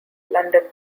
london